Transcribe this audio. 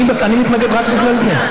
אני מתנגד רק בגלל זה.